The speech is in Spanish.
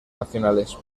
nacionales